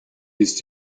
ist